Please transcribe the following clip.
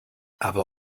aber